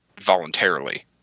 voluntarily